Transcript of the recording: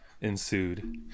ensued